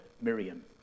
Miriam